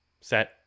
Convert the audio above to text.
Set